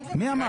מי אמר?